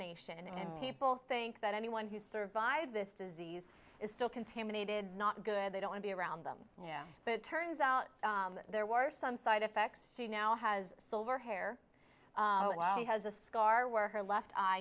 nation and people think that anyone who survived this disease is still contaminated not good they don't be around them but it turns out there were some side effects she now has silver hair she has a scar where her left